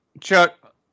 Chuck